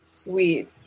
Sweet